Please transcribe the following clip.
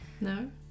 No